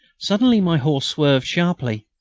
suddenly my horse swerved sharply.